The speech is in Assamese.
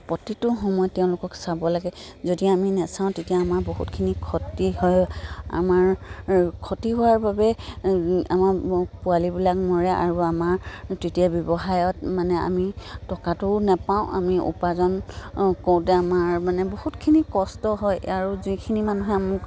প্ৰতিটো সময়ত তেওঁলোকক চাব লাগে যদি আমি নাচাওঁ তেতিয়া আমাৰ বহুতখিনি ক্ষতি হয় আমাৰ ক্ষতি হোৱাৰ বাবে আমাৰ পোৱালিবিলাক মৰে আৰু আমাৰ তেতিয়া ব্যৱসায়ত মানে আমি টকাটোও নাপাওঁ আমি উপাৰ্জন কৰোতে আমাৰ মানে বহুতখিনি কষ্ট হয় আৰু যিখিনি মানুহে মোক